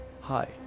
hi